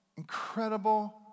Incredible